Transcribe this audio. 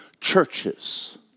churches